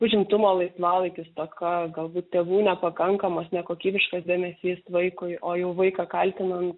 užimtumo laisvalaikiu stoka galbūt tėvų nepakankamas nekokybiškas dėmesys vaikui o jau vaiką kaltinant